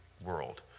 world